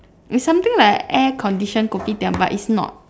is something like an air conditioned kopitiam but it's not